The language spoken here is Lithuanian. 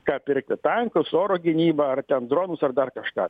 ką pirkti tankus oro gynybą ar ten dronus ar dar kažką